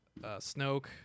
Snoke